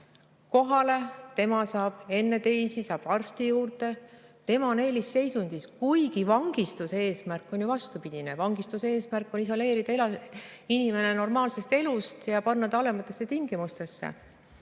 kohale ja saab enne teisi arsti juurde. Tema on eelisseisundis, kuigi vangistuse eesmärk on vastupidine. Vangistuse eesmärk on ju isoleerida inimene normaalsest elust ja panna ta halvematesse tingimustesse.